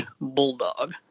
Bulldog